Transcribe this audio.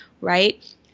right